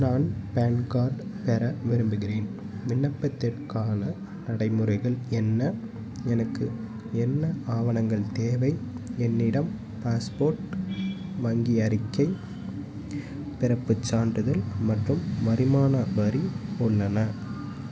நான் PAN card பெற விரும்புகிறேன் விண்ணப்பதிற்கான நடைமுறைகள் என்ன எனக்கு என்ன ஆவணங்கள் தேவை என்னிடம் பாஸ்போர்ட் வங்கி அறிக்கை பிறப்புச் சான்றிதழ் மற்றும் வருமான வரி உள்ளன